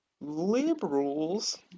Liberals